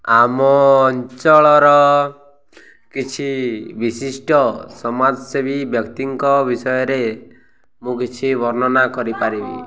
ଆମ ଅଞ୍ଚଳର କିଛି ବିଶିଷ୍ଟ ସମାଜସେବୀ ବ୍ୟକ୍ତିଙ୍କ ବିଷୟରେ ମୁଁ କିଛି ବର୍ଣ୍ଣନା କରିପାରିବି